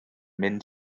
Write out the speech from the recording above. mynd